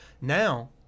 now